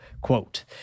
quote